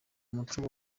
muco